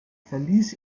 verließ